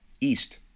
east